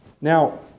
Now